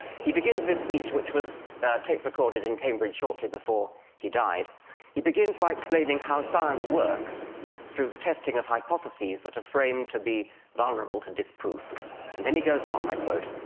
he begins this speech, which was tape recorded in cambridge shortly before he died he begins by explaining how science works through the testing of hypotheses that are framed to be vulnerable to disproof then he goes on. i quote,